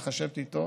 צריך לשבת איתו